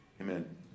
Amen